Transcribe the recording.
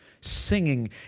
Singing